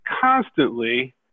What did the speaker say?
constantly